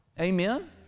Amen